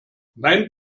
wein